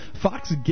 Fox